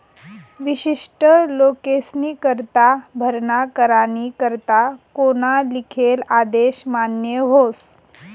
विशिष्ट लोकेस्नीकरता भरणा करानी करता कोना लिखेल आदेश मान्य व्हस